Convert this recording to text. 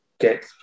Get